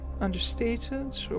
understated